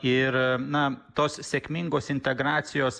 ir na tos sėkmingos integracijos